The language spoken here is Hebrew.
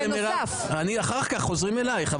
אחר כך, חוזרים אליך.